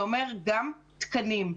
זה אומר גם תקנים.